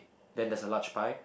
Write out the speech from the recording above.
then there's a large pie